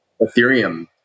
Ethereum